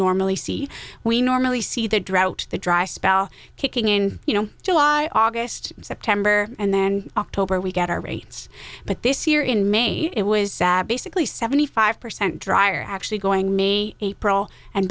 normally see we normally see the drought the dry spell kicking in you know july august september and then october we get our rates but this year in made it was sad basically seventy five percent drier actually going ne april and